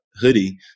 hoodie